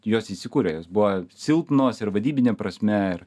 jos įkūrėjas buvo silpnos ir vadybine prasme ir